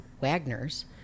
Wagner's